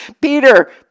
peter